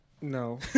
No